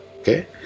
Okay